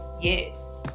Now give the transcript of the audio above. yes